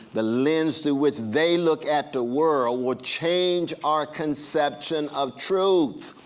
the lens through which they look at the world would change our conception of truth.